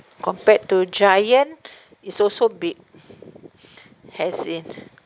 compared to giant it's also big as in